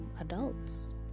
adults